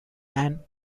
and